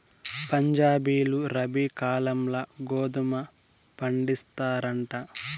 పంజాబీలు రబీ కాలంల గోధుమ పండిస్తారంట